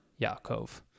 Yaakov